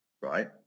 right